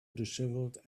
dishevelled